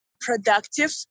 productive